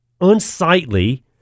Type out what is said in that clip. unsightly